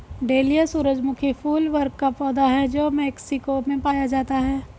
dahlia सूरजमुखी फूल वर्ग का पौधा है जो मेक्सिको में पाया जाता है